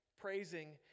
Praising